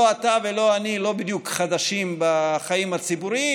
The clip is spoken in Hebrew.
לא אתה ולא אני לא בדיוק חדשים בחיים הציבוריים,